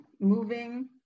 moving